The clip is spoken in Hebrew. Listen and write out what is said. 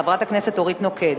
חברת הכנסת אורית נוקד.